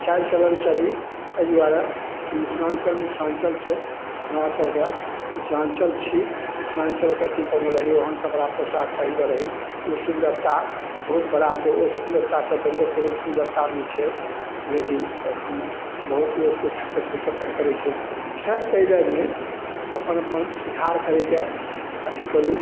चालि चलन चली एहि दुआरे कि मिथिलाञ्चल मिथिलाञ्चल छै हमराभके मिथिलाञ्चल छी मिथिलाञ्चलके अथीपरमे रही ओहन कपड़ा पोशाक पहिरिके रहिऔ ओ सुन्दरता बहुत बड़ा छै ओ सुन्दरतासे बढ़िके कोनो सुन्दरता नहि छै लेकिन अखन बहुत लोक किछुसे किछु अपन करै छथि खैर ताहि लऽ नहि अपन अपन सुधार करैके अथी करू